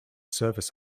surface